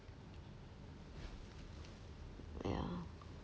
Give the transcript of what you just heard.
ya